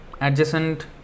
adjacent